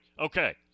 Okay